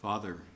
Father